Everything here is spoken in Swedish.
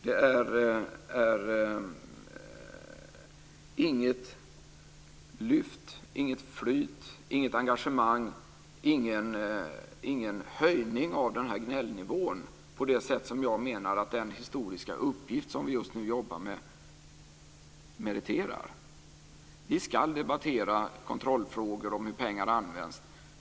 Det är inget lyft, inget flyt, inget engagemang, ingen höjning av gnällnivån på det sätt som jag menar att den historiska uppgift som vi just nu jobbar med meriterar. Vi ska debattera kontrollfrågor och hur pengarna används.